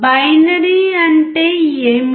binary అంటే ఏమిటి